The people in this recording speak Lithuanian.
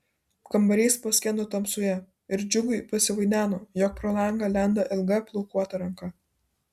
kambarys paskendo tamsoje ir džiugui pasivaideno jog pro langą lenda ilga plaukuota ranka